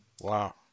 Wow